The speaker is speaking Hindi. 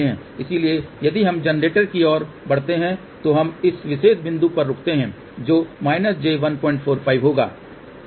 इसलिए यदि हम जनरेटर की ओर बढ़ते हैं तो हम इस विशेष बिंदु पर रुकते हैं जो j145 होगा